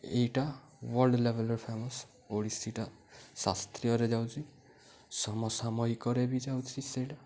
ଏଇଟା ୱାର୍ଲଡ ଲେଭେଲରେ ଫେମସ ଓଡ଼ିଶୀଟା ଶାସ୍ତ୍ରୀୟରେ ଯାଉଛି ସମସାମୟିକରେ ବି ଯାଉଛି ସେଇଟା